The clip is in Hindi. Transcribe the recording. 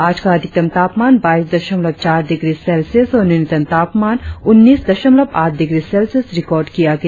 आजका अधिकतम तापमान बाईस दशमलव चार डिग्री सेल्सियस और न्यूनतम तापमान उन्नीस दशमलव आठ डिग्री सेल्सियस रिकार्ड किया गया